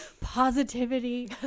positivity